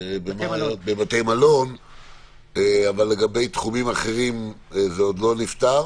גם בבתי מלון אבל לגבי תחומים אחרים זה עוד לא נפתר.